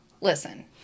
Listen